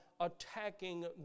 attacking